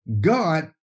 God